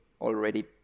already